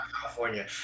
California